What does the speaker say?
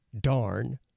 darn